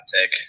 take